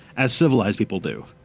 as civilised people do.